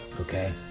Okay